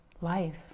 life